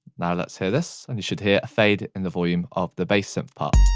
now let's hear this. and you should hear a fade in the volume of the base synth part.